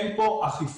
אין פה אכיפה.